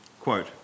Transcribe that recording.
Quote